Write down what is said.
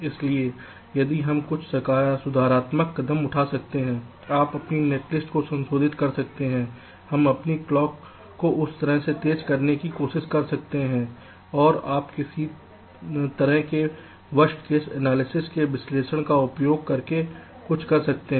इसलिए यदि हम कुछ सुधारात्मक कदम उठा सकते हैं आप अपनी नेटलिस्ट को संशोधित कर सकते हैं हम अपनी क्लॉक को उस तरह से तेज करने की कोशिश कर सकते हैं और आप किसी तरह के वर्स्ट केस एनालिसिस के विश्लेषण का उपयोग करके कुछ कर सकते हैं